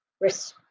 risk